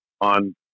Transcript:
on